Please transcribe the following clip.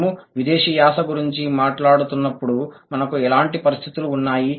మనము విదేశీ యాస గురించి మాట్లాడుతున్నప్పుడు మనకు ఎలాంటి పరిస్థితులు ఉన్నాయి